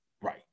right